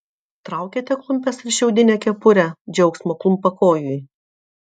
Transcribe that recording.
traukiate klumpes ir šiaudinę kepurę džiaugsmo klumpakojui